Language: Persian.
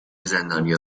زندانیا